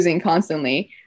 constantly